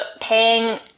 paying